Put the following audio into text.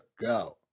go